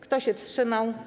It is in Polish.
Kto się wstrzymał?